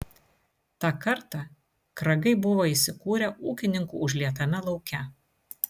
tą kartą kragai buvo įsikūrę ūkininkų užlietame lauke